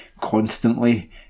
constantly